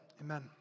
Amen